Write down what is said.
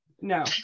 no